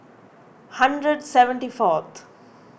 hundred seventy fourth